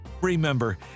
Remember